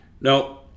No